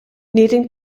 needing